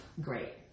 great